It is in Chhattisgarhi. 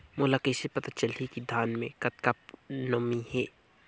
मोला कइसे पता चलही की धान मे कतका नमी हे?